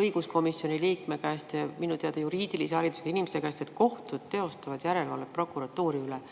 õiguskomisjoni liikme käest ja minu teada juriidilise haridusega inimese käest, et kohtud teostavad järelevalvet prokuratuuri üle.